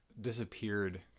disappeared